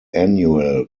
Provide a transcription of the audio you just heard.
annual